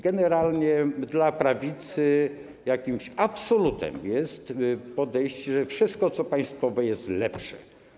Generalnie dla prawicy jakimś absolutem jest podejście, że wszystko to, co państwowe, jest lepsze.